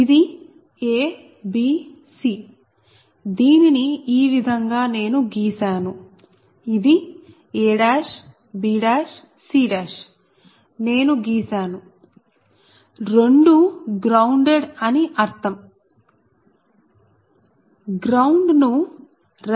ఇది abc దీనిని ఈ విధంగా నేను గీశాను ఇది abc నేను గీశాను రెండూ గ్రౌండెడ్ దాని అర్థం గ్రౌండ్ ను రెఫెరెన్స్ గా తీసుకోవచ్చు